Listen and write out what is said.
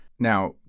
Now